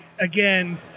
again